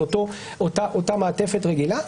זאת אותה מעטפת רגילה.